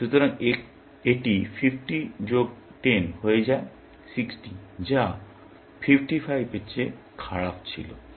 সুতরাং এটি 50 যোগ 10 হয়ে যায় 60 যা 55 এর চেয়ে খারাপ ছিল